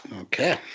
Okay